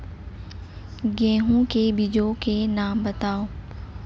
गेहूँ के बीजों के नाम बताओ?